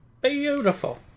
beautiful